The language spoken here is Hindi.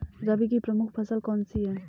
रबी की प्रमुख फसल कौन सी है?